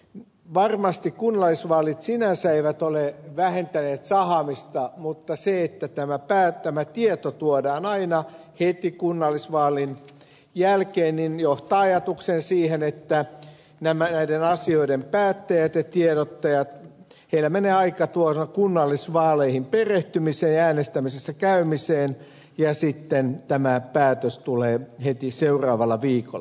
varmasti kunnallisvaalit sinänsä eivät ole vähentäneet sahaamista mutta se että tämä tieto tuodaan aina heti kunnallisvaalien jälkeen johtaa ajatuksen siihen että näiden asioiden päättäjillä ja tiedottajilla menee aika kunnallisvaaleihin perehtymiseen ja äänestämässä käymiseen ja sitten tämä päätös tulee heti seuraavalla viikolla